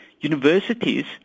Universities